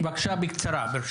בבקשה, בקצרה ברשותך.